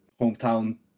hometown